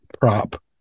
prop